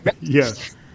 Yes